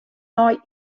nei